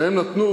והם נתנו